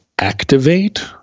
activate